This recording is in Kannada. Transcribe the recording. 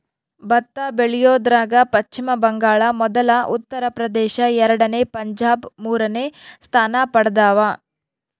ಭತ್ತ ಬೆಳಿಯೋದ್ರಾಗ ಪಚ್ಚಿಮ ಬಂಗಾಳ ಮೊದಲ ಉತ್ತರ ಪ್ರದೇಶ ಎರಡನೇ ಪಂಜಾಬ್ ಮೂರನೇ ಸ್ಥಾನ ಪಡ್ದವ